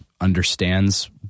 understands